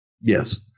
Yes